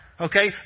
Okay